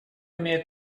имеет